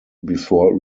before